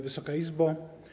Wysoka Izbo!